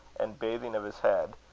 and bathing of his head,